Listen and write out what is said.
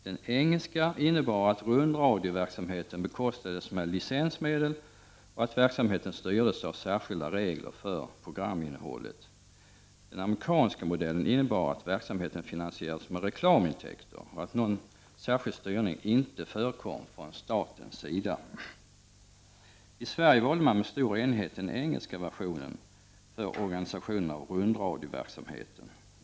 Den engelska innebar att rundradioverksamheten bekostades med licensmedel och att verksamheten styrdes av särskilda regler för programinnehållet. Den amerikanska modellen innebar att verksamheten finansierades med reklamintäkter och att någon särskild styrning inte förekom från statens sida. I Sverige valde man med stor enighet den engelska versionen för organisationen av rundradioverksamheten.